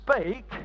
speak